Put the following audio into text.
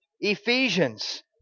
Ephesians